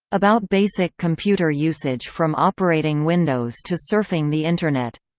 about basic computer usage from operating windows to surfing the internet.